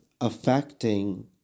affecting